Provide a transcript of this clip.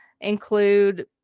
Include